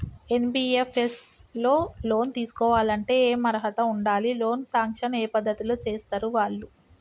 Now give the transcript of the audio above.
NBFS లో loan తీస్కోవాలంటే ఏం అర్హత ఉండాలి? లోన్ సాంక్షన్ ఏ పద్ధతి లో చేస్తరు వాళ్లు?